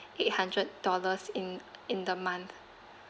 eight hundred dollars in in the month